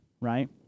right